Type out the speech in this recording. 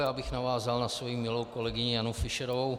Já bych navázal na svoji milou kolegyni Janu Fischerovou.